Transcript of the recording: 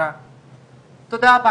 לעלות על הקו הירוק של הרכבת הקלה,